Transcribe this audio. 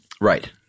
Right